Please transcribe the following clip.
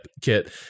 kit